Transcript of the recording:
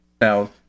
Now